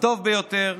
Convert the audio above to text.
הטוב ביותר,